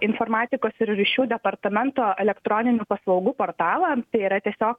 informatikos ir ryšių departamento elektroninių paslaugų portalą tai yra tiesiog